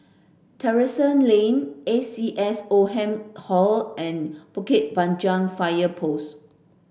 Terrasse Lane A C S Oldham Hall and Bukit Panjang Fire Post